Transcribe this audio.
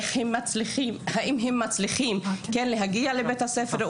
איך והאם הם בכלל מצליחים להגיע לבית הספר?